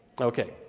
Okay